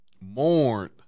mourned